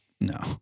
no